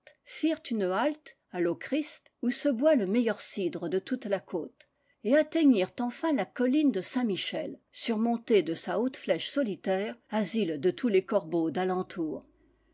firent une halte à lochrist où se boit le meilleur cidre de toute la côte et atteignirent enfin la colline de saint-michel surmontée de sa haute flèche solitaire asile de tous les